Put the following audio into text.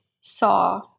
saw